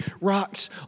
rocks